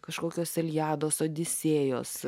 kažkokios iliados odisėjos